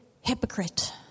hypocrite